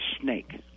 snake